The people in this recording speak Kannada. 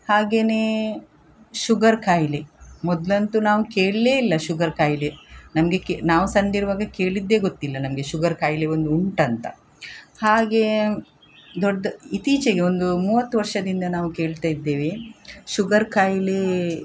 ಹಾಗೆಯೇ ಶುಗರ್ ಖಾಯಿಲೆ ಮೊದ್ಲಂತೂ ನಾವು ಕೇಳಲೇ ಇಲ್ಲ ಶುಗರ್ ಖಾಯಿಲೆ ನಮಗೆ ಕೆ ನಾವು ಸಣ್ಣದಿರುವಾಗ ಕೇಳಿದ್ದೇ ಗೊತ್ತಿಲ್ಲ ನಮಗೆ ಶುಗರ್ ಖಾಯಿಲೆ ಒಂದು ಉಂಟಂತ ಹಾಗೆಯೇ ದೊಡ್ಡ ಇತ್ತೀಚೆಗೆ ಒಂದು ಮೂವತ್ತು ವರ್ಷದಿಂದ ನಾವು ಕೇಳ್ತಾ ಇದ್ದೇವೆ ಶುಗರ್ ಖಾಯ್ಲೆ